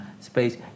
space